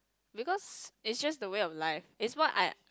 because it's just the way of life it's what I